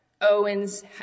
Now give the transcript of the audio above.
owens